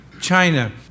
China